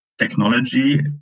technology